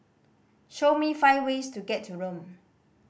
show me five ways to get to Rome